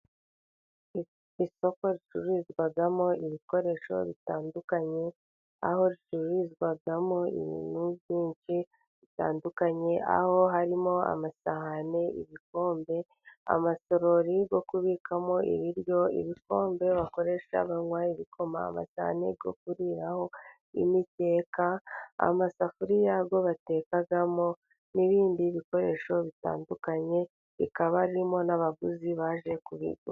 Isoko ricururizwamo ibikoresho bitandukanye, aho ricururizwamo ibintu byinshi bitandukanye, aho harimo: amasahani, ibikombe, amasorori yo kubikamo ibiryo, ibikombe bakoresha banywa ibikoma, amasahani yo kuriraho, imikeka, amasafuriya yo batekamo n'ibindi bikoresho bitandukanye, rikaba ririmo n'abaguzi baje kubigura.